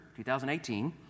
2018